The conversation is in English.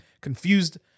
confused